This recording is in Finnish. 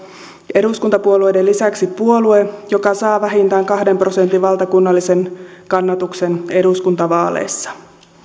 eduskuntapuolueiden lisäksi myös puolue joka saa vähintään kahden prosentin valtakunnallisen kannatuksen eduskuntavaaleissa